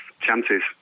chances